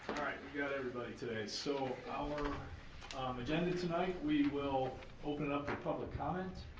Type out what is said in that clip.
got everybody today, so our um agenda tonight, we will open up to public comments.